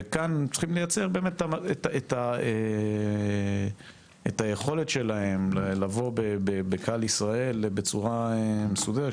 וכאן צריך לייצר באמת את היכולת שלהם לבוא לישראל בצורה מסודרת.